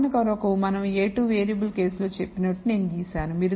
వాదన కొరకు మనం A₂ వేరియబుల్ కేసు లో చెప్పినట్లు నేను గీశాను